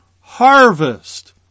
harvest